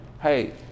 hey